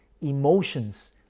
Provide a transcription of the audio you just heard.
emotions